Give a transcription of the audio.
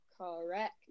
Correct